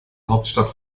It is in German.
hauptstadt